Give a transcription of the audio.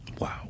Wow